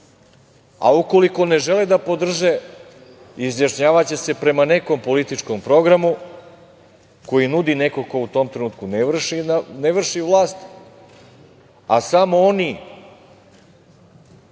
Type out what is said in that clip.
Ukoliko ne žele da podrže, izjašnjavaće se prema nekom političkom programu koji nudi neko ko u tom trenutku ne vrši vlast. Samo oni,